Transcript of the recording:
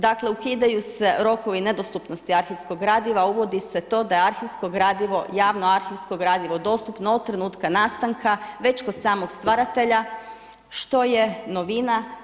Dakle ukidaju se rokovi nedostupnosti arhivskog gradiva, uvodi se to da je arhivsko gradivo, javno arhivsko gradivo dostupno od trenutka nastanka već kod samog stvaratelja što je novina.